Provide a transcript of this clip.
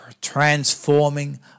transforming